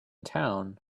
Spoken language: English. town